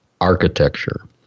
Architecture